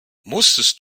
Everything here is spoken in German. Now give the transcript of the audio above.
musstest